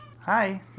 hi